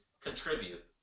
contribute